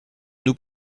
nous